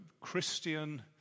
Christian